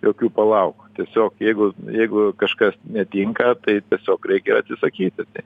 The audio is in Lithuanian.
jokių palauk tiesiog jeigu jeigu kažkas netinka tai tiesiog reikia atsisakyti tai